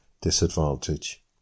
disadvantage